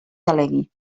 delegui